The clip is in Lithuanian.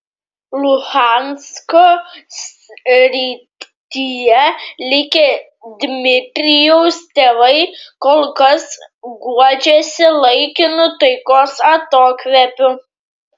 luhansko srityje likę dmitrijaus tėvai kol kas guodžiasi laikinu taikos atokvėpiu